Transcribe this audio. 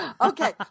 Okay